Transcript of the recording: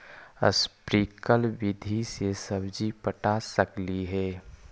Sprinkle विधि से सब्जी पटा सकली हे?